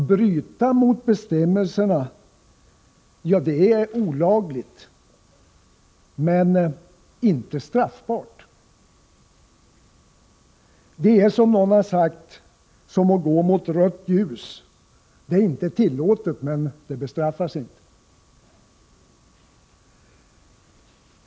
Att bryta mot bestämmelserna är olagligt, men något straff utmäts inte. Det är, som någon har sagt, som att gå mot rött ljus — det är inte tillåtet, men det bestraffas inte.